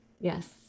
Yes